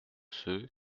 ceux